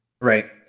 Right